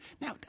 Now